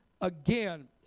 again